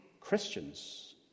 Christians